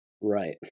Right